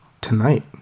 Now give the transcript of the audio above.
tonight